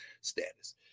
status